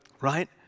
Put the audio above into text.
Right